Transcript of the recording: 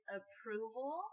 approval